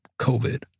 COVID